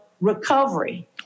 recovery